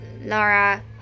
Laura